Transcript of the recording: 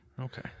Okay